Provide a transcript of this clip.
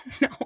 No